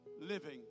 living